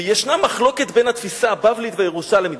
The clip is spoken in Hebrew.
ויש מחלוקת בין התפיסה הבבלית לירושלמית,